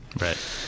Right